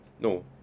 no